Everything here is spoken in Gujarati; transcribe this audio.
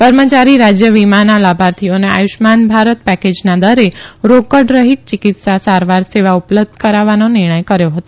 કર્મચારી રાજય વીમાના લાભાર્થીઓને આયુષ્માન ભારત પેકેજના દરે રોકડ રહિત ચિકિત્સા સારવાર સેવા ઉપલબ્ધ કરાવાનો નિર્ણય કર્યો હતો